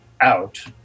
out